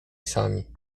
sami